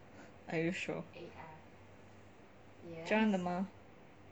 are you sure 真的吗